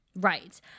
right